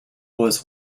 was